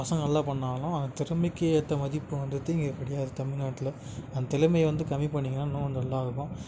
பசங்க நல்லா பண்ணாலும் அந்த திறமைக்கு ஏற்ற மதிப்பு வந்துட்டு இங்கே கிடையாது தமிழ்நாட்டில் அந்த திறமை வந்து கம்மி பண்ணீங்கன்னா இன்னும் கொஞ்சம் நல்லா இருக்கும்